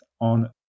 on